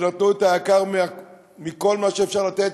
שנתנו את היקר מכל מה שאפשר לתת,